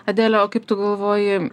adele o kaip tu galvoji